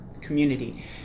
community